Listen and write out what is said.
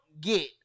get